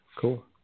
cool